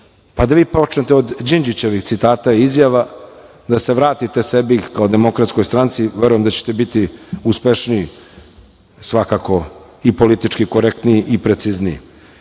Da vi počnete od Đinđićevih citata i izjava, da se vratite sebi kao DS, verujem da ćete biti uspešniji svakako i politički korektniji i precizniji. Nema